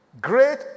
Great